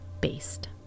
based